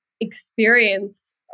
experience